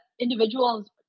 individuals